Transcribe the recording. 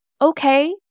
Okay